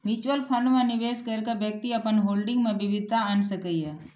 mutual fund मे निवेश कैर के व्यक्ति अपन होल्डिंग मे विविधता आनि सकैए